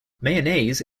mayonnaise